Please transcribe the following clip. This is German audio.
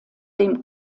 dem